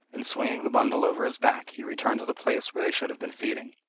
and swinging the bundle over his back, he returned to the place where they should have been feeding.